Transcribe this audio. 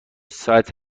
ساعت